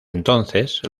entonces